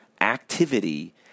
activity